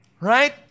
Right